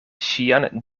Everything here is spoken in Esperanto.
ŝian